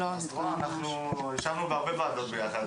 אנחנו ישבנו בהרבה וועדות ביחד,